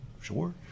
sure